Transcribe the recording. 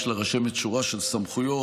יש לרשמת שורה של סמכויות,